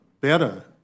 better